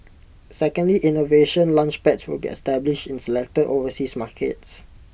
secondly innovation Launchpads will be established in selected overseas markets